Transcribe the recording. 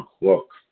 Look